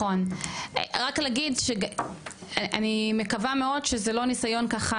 רק להגיד שאני מקווה מאוד שזה לא ניסיון ככה